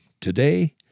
today